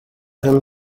him